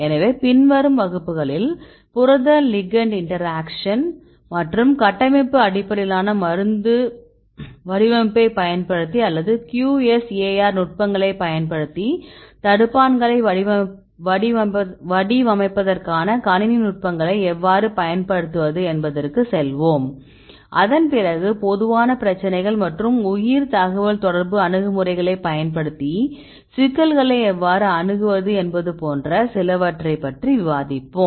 எனவே பின்வரும் வகுப்புகளில் புரத லிகண்ட் இன்டராக்ஷன் மற்றும் கட்டமைப்பு அடிப்படையிலான மருந்து வடிவமைப்பைப் பயன்படுத்தி அல்லது QSAR நுட்பங்களைப் பயன்படுத்தி தடுப்பான்களை வடிவமைப்பதற்கான கணினி நுட்பங்களை எவ்வாறு பயன்படுத்துவது என்பதற்குச் செல்வோம் அதன்பிறகு பொதுவான பிரச்சினைகள் மற்றும் உயிர் தகவல்தொடர்பு அணுகுமுறைகளைப் பயன்படுத்தி சிக்கல்களை எவ்வாறு அணுகுவது என்பது போன்ற சிலவற்றைப் பற்றி விவாதிப்போம்